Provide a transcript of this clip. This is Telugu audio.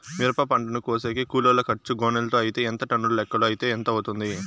మిరప పంటను కోసేకి కూలోల్ల ఖర్చు గోనెలతో అయితే ఎంత టన్నుల లెక్కలో అయితే ఎంత అవుతుంది?